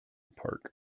park